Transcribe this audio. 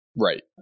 Right